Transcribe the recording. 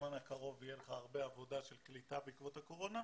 בזמן הקרוב יהיה לך הרבה עבודה של קליטה בעקבות הקורונה,